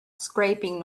scraping